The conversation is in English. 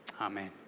Amen